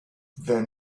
then